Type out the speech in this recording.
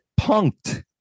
punked